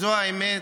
זו האמת.